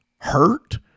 hurt